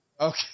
Okay